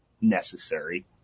necessary